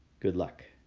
good luck.